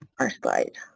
our slide.